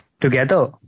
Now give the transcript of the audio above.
together